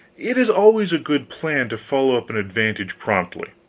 it is always a good plan to follow up an advantage promptly.